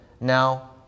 Now